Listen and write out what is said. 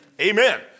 Amen